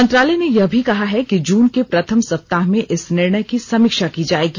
मंत्रालय ने यह भी कहा है कि जून के प्रथम सप्ताह में इस निर्णय की समीक्षा की जाएगी